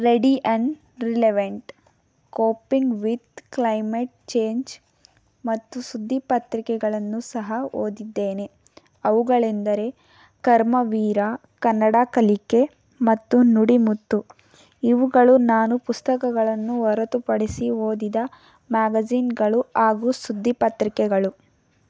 ready and relevant coping with climate change ಮತ್ತು ಸುದ್ದಿಪತ್ರಿಕೆಗಳನ್ನು ಸಹ ಓದಿದ್ದೇನೆ ಅವುಗಳೆಂದರೆ ಕರ್ಮವೀರ ಕನ್ನಡ ಕಲಿಕೆ ಮತ್ತು ನುಡಿ ಮುತ್ತು ಇವುಗಳು ನಾನು ಪುಸ್ತಕಗಳನ್ನು ಹೊರತುಪಡಿಸಿ ಓದಿದ ಮ್ಯಾಗಝಿನ್ಗಳು ಹಾಗೂ ಸುದ್ದಿಪತ್ರಿಕೆಗಳು